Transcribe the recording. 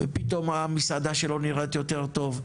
ופתאום המסעדה שלו נראית יותר טוב.